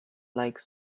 like